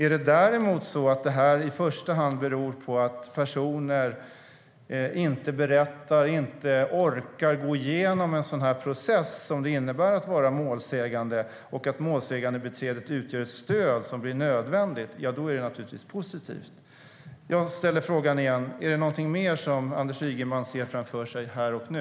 Är det däremot så att det här i första hand beror på att personer inte berättar och inte orkar gå igenom den process det innebär att vara målsägande och att målsägandebiträdet då utgör ett stöd som blir nödvändigt är det naturligtvis positivt. Jag ställer frågan igen: Är det någonting mer Anders Ygeman ser framför sig här och nu?